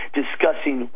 discussing